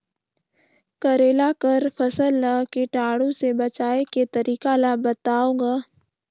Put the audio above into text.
करेला कर फसल ल कीटाणु से बचाय के तरीका ला बताव ग?